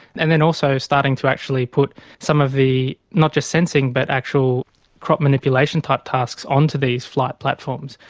and then also starting to actually put some of the not just sensing but actual crop manipulation type tasks onto these flight platforms.